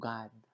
God